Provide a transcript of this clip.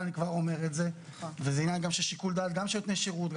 זה עניין של שיקול דעת גם של נתוני שרות,